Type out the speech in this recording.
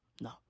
no